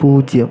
പൂജ്യം